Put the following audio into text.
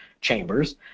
chambers